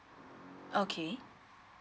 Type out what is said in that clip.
okay